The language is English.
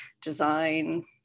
design